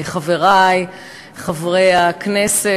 חברי חברי הכנסת,